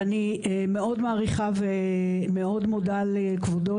ואני מאוד מעריכה ומאוד מודה לכבודו,